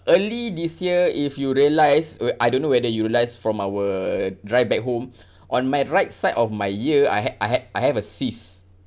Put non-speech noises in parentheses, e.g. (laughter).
early this year if you realise where I don't know whether you realise from our drive back home (breath) on my right side of my ear I had I had I have a cyst